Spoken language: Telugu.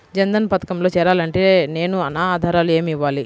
జన్ధన్ పథకంలో చేరాలి అంటే నేను నా ఆధారాలు ఏమి ఇవ్వాలి?